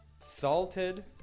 Salted